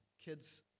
kids